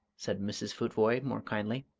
said mrs. futvoye, more kindly.